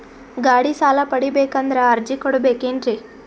ಗಾಡಿ ಸಾಲ ಪಡಿಬೇಕಂದರ ಅರ್ಜಿ ಕೊಡಬೇಕೆನ್ರಿ?